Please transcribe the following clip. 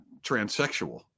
transsexual